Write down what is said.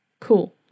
cool